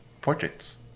portraits